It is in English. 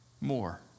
more